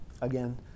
again